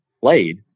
played